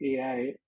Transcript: ai